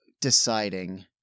deciding